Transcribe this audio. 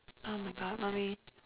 oh my god mommy